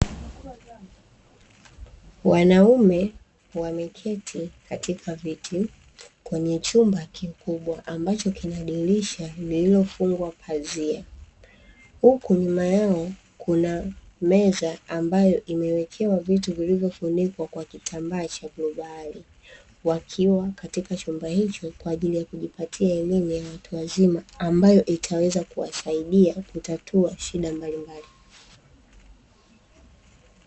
Wanaume wameketi katika viti kwenye chumba kikubwa ambacho kina dirisha lililofungwa pazia huku nyuma yao kuna meza ambayo imewekewa vitu vilivyofunikwa kwa kitambaa cha bluu bahari wakiwa katika chumba hicho kwa ajili ya kujipatia elimu ya watu wazima ambayo itaweza kuwasaidia kutatua shida mbalimbali